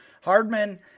Hardman